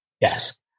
Yes